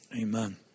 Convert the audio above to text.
Amen